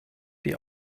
die